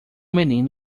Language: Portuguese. menino